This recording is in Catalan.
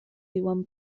diuen